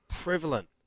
prevalent